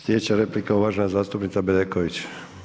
Slijedeća replika uvažena zastupnica Bedeković.